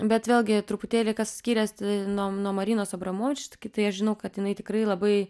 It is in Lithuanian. bet vėlgi truputėlį kas skiriasi nuo nuo marinos abramovič tai aš žinau kad jinai tikrai labai